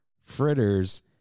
fritters